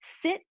Sit